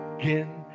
again